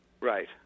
Right